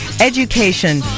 education